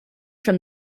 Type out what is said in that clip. from